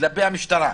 וכלפי המשטרה.